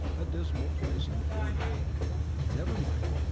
a dismal place in the forenoon. never mind,